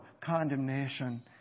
condemnation